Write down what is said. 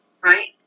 right